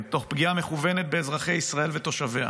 תוך פגיעה מכוונת באזרחי ישראל ותושביה,